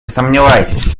сомневайтесь